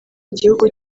igihugu